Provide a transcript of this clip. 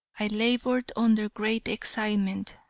i labored under great excitement.